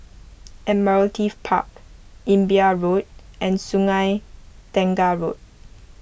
Admiralty Park Imbiah Road and Sungei Tengah Road